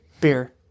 beer